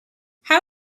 how